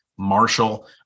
Marshall